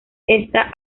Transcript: esta